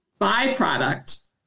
byproduct